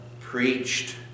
preached